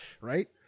Right